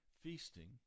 feasting